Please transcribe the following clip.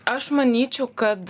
aš manyčiau kad